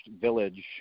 village